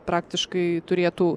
praktiškai turėtų